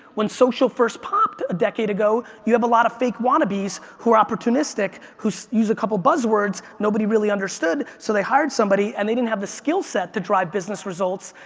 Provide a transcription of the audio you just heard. when social first popped a decade ago, you have a lot of fake want to bes who are opportunistic who use a couple of buzzwords nobody really understood so they hired somebody and they didn't have the skillset to drive business results.